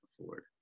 afford